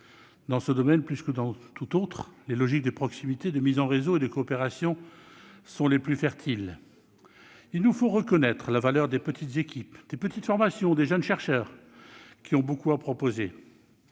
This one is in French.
Dans ce domaine plus que dans tout autre, les logiques de proximité, de mise en réseau et de coopération sont les plus fertiles. Il nous faut reconnaître la valeur des petites équipes, des petites formations, des jeunes chercheurs, qui ont beaucoup à proposer.